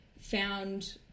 found